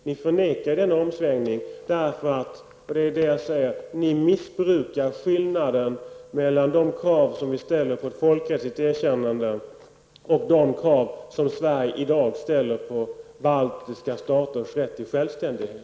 Ni förnekar denna omsvängning därför att ni missbrukar skillnaden mellan de krav som vi ställer på ett folkrättsligt erkännande och de krav som Sverige i dag ställer på baltiska staters rätt till självständighet.